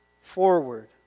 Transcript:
forward